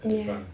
ya